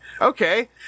Okay